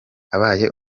abaye